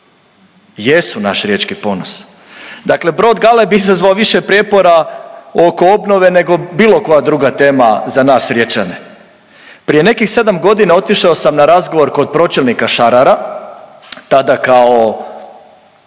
Jesu naš riječki ponos. Dakle brod Galeb izazvao više prijepora oko obnove nego bilo koja druga tema za nas Riječane. Prije nekih 7 godina otišao sam na razgovor kod pročelnika Šarara, tada kao